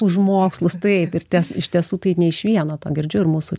už mokslus taip ir ties iš tiesų tai ne iš vieno to girdžiu ir mūsų